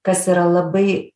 kas yra labai